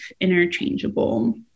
interchangeable